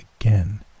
again